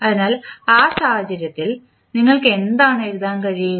അതിനാൽ ആ സാഹചര്യത്തിൽ നിങ്ങൾക്ക് എന്താണ് എഴുതാൻ കഴിയുക